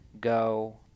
go